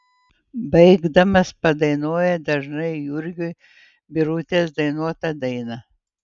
baigdamas padainuoja dažnai jurgiui birutės dainuotą dainą